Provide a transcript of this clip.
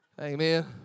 Amen